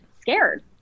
scared